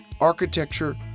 architecture